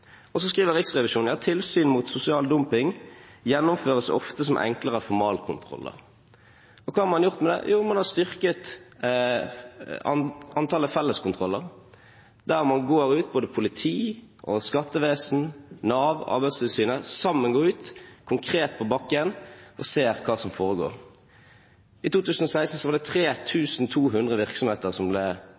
Så skriver Riksrevisjonen at «tilsyn mot sosial dumping gjennomføres ofte som enklere formalkontroller». Hva har man gjort med det? Jo, man har styrket antallet felleskontroller, der både politi, skattevesen, Nav og Arbeidstilsynet sammen går ut, konkret på bakken, og ser hva som foregår. I 2016 var det 3 200 virksomheter som ble